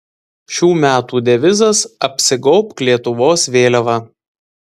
šių metų devizas apsigaubk lietuvos vėliava